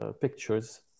pictures